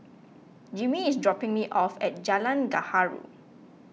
Jimmy is dropping me off at Jalan Gaharu